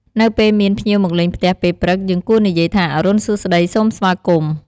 នៅពេលមាន ភ្ញៀវមកលេងផ្ទះពេលព្រឹក យើងគួរនិយាយថា "អរុណសួស្តី សូមស្វាគមន៍!"។